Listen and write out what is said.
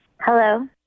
Hello